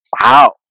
Wow